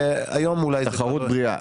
תחרות בריאה.